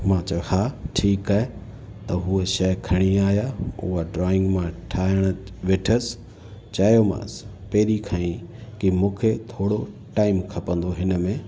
मां चयो हा ठीकु आहे त उहा शइ खणी आहियां उहा ड्रॉइंग मां ठाहिणु वेठसि चयोमांसि पहिरीं खां ई की मूंखे थोरो टाइम खपंदो हिन में